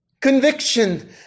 Conviction